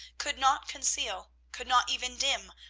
could not conceal, could not even dim,